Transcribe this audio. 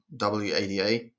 WADA